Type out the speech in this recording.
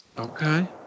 okay